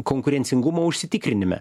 konkurencingumo užsitikrinime